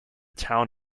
town